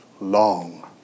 long